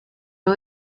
aho